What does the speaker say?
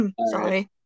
sorry